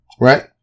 Right